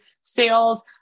sales